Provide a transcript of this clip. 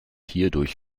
hierdurch